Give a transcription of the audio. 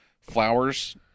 flowers